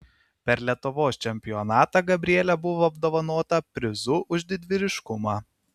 per lietuvos čempionatą gabrielė buvo apdovanota prizu už didvyriškumą